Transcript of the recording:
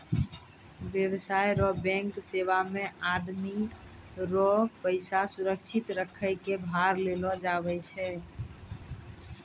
व्यवसाय रो बैंक सेवा मे आदमी रो पैसा सुरक्षित रखै कै भार लेलो जावै छै